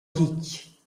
ditg